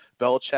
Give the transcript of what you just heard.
Belichick